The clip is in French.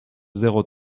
zéro